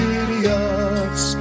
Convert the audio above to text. idiots